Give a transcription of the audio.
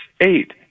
eight